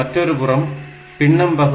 மற்றொருபுறம் பின்னம் பகுதி